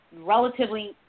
relatively –